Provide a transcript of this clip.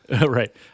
Right